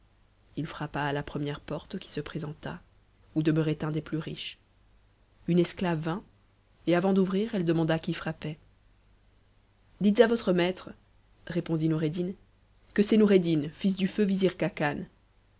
il frappa à la première porte qui se présenta où demeurait un des plus riches une esclave vint et avant d'ouvrir elle demanda qui frappait dites à votre maître répondit noureddin que c'est noureddin fils du feu vizir kbacan